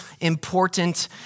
important